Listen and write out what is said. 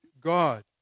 God